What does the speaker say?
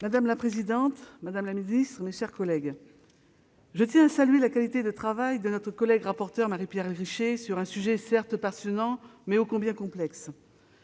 Madame la présidente, madame la ministre, mes chers collègues, je tiens à saluer la qualité du travail de notre collègue rapporteure Marie-Pierre Richer sur un sujet certes passionnant, mais ô combien complexe.